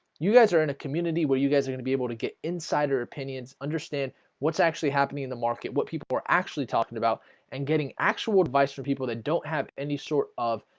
you guys are in a community where you guys are gonna be able to get insider opinions understand what's actually happening in the market? what people are actually talking about and getting actual advice from people that don't have any sort of?